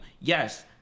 Yes